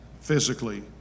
physically